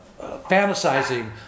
fantasizing